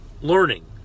learning